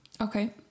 okay